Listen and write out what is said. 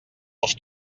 als